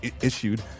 issued